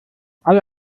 alle